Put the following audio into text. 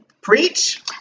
Preach